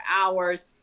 hours